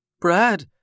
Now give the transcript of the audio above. Brad